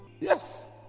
Yes